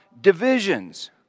divisions